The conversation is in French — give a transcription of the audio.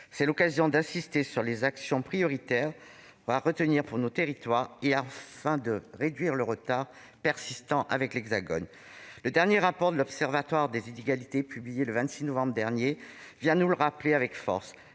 C'est l'occasion d'insister sur les actions prioritaires à retenir pour nos territoires, afin de réduire le retard persistant avec l'Hexagone. Le dernier rapport de l'Observatoire des inégalités, publié le 26 novembre dernier, vient nous le rappeler avec force